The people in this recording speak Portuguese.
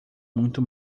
muito